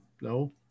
no